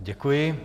Děkuji.